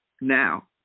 now